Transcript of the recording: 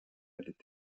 erlitt